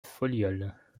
folioles